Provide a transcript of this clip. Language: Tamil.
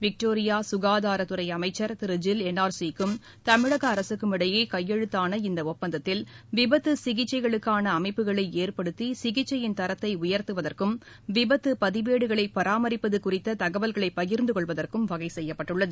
விக்டோரியா சுகாதாரத்துறை அமைச்சர் திரு ஜில் என்ஆர்சிக்கும் தமிழக அரசுக்கும் இடையே கையெழுத்தான இந்த ஒப்பந்தத்தில் விபத்து சிகிச்சைகளுக்கான அமைப்புகளை ஏற்படுத்தி சிகிச்சையின் தரத்தை உயர்த்துவதற்கும் விபத்து பதிவேடுகளை பராமரிப்பது குறித்த தகவல்களை பகிர்ந்துகொள்வதற்கும் வகை செய்யப்பட்டுள்ளது